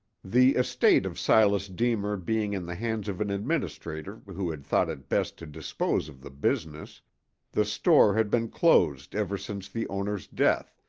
the estate of silas deemer being in the hands of an administrator who had thought it best to dispose of the business the store had been closed ever since the owner's death,